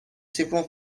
several